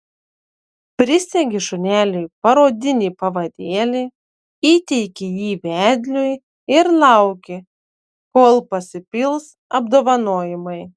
prisegi šuneliui parodinį pavadėlį įteiki jį vedliui ir lauki kol pasipils apdovanojimai